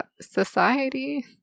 society